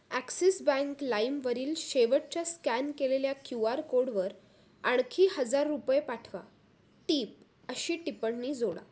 axis bank लाईमवरील शेवटच्या scan केलेल्या क्यू आर कोडवर आणखी हजार रुपये पाठवा टीप अशी टिपण्णी जोडा